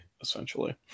essentially